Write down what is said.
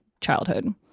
childhood